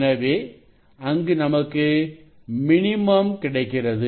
எனவே அங்கு நமக்கு மினிமம் கிடைக்கிறது